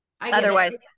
otherwise-